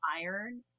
iron